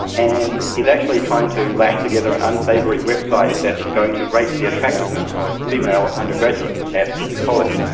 and he's actually trying to lash together an unsavoury website that is going to rate the attractiveness of female undergraduates at his college,